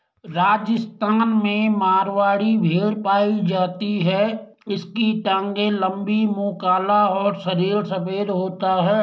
राजस्थान में मारवाड़ी भेड़ पाई जाती है इसकी टांगे लंबी, मुंह काला और शरीर सफेद होता है